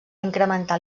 incrementar